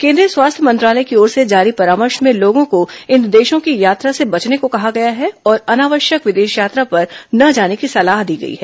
केन्द्रीय स्वास्थ्य मंत्रालय की ओर से जारी परामर्श में लोगों को इन देशों की यात्रा से बचने को कहा गया है और अनावश्यक विदेश यात्रा पर न जाने की सलाह दी गई है